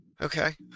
okay